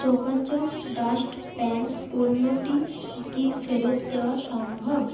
চকা চক dust pan পণ্যটি কি ফেরত দেওয়া সম্ভব